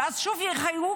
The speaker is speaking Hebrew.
ואז שוב יחייגו,